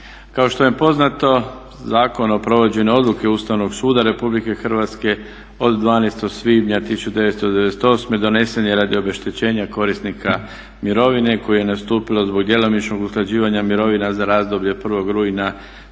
Kao što je poznato Zakon o provođenju odluke Ustavnog suda RH od 12.svibnja 1998.donesen je radi obeštećenja korisnika mirovine koji je nastupio zbog djelomičnog usklađivanja mirovina za razdoblje od 1.rujna